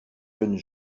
jeunes